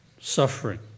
suffering